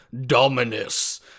Dominus